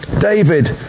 David